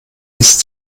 ist